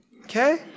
okay